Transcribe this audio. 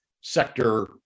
sector